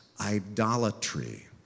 idolatry